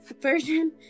version